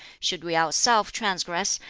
should we ourself transgress,